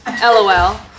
lol